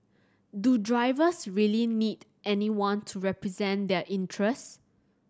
do drivers really need anyone to represent their interests